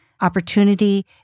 opportunity